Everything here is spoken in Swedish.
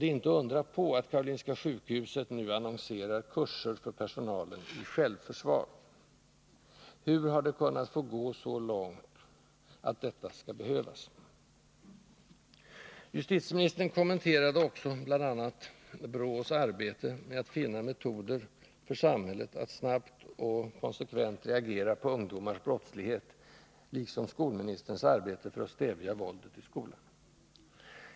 Det är inte att undra på att Karolinska sjukhuset nu annonserar om kurser i ”självförsvar” för personalen. Hur har det kunnat få gå så långt att detta skall behövas? Justitieministern kommenterade också bl.a. BRÅ:s arbete med att finna metoder för samhället att snabbt och konsekvent reagera på ungdomars brottslighet, liksom skolministerns arbete för att stävja våldet i skolan.